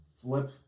flip